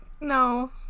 no